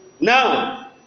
Now